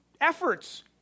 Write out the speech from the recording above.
efforts